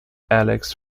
alex